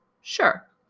Sure